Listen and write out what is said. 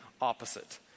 opposite